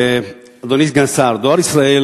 אדוני סגן השר, "דואר ישראל"